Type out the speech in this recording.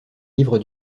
livre